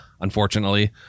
Unfortunately